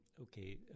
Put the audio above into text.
okay